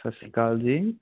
ਸਤਿ ਸ਼੍ਰੀ ਅਕਾਲ ਜੀ